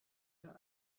der